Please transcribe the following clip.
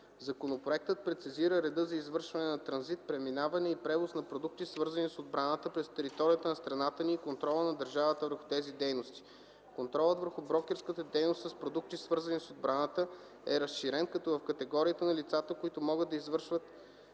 Законопроектът прецизира реда за извършване на транзит, преминаване и превоз на продукти, свързани с отбраната, през територията на страната ни, и контрола на държавата върху тези дейности. Контролът върху брокерската дейност с продукти, свързани с отбраната, е разширен, като в категорията на лицата, които могат да извършват